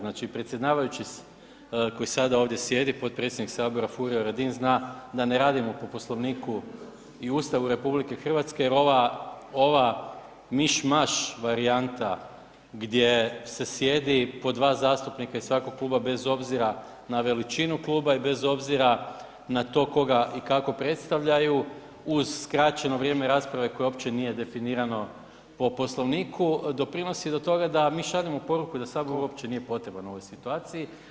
Znači predsjedavajući koji sada ovdje sjedi, potpredsjednik sabora Furio Radin zna da ne radimo po Poslovniku i Ustavu RH jer ova, ova miš maš varijanta gdje se sjedi po dva zastupnika iz svakog kluba bez obzira na veličinu kluba i bez obzira na to koga i kako predstavljaju uz skraćeno vrijeme rasprave koje uopće nije definirano po Poslovniku, doprinosi do toga da mi šaljemo poruku da sabor uopće nije potreban u ovoj situaciji.